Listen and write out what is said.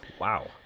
Wow